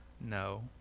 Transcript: No